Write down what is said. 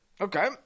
Okay